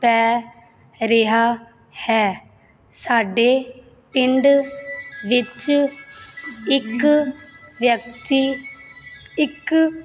ਪੈ ਰਿਹਾ ਹੈ ਸਾਡੇ ਪਿੰਡ ਵਿੱਚ ਇੱਕ ਵਿਅਕਤੀ ਇੱਕ